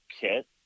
kit